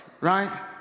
Right